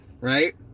Right